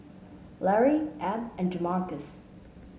Lary Ab and Jamarcus